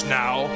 now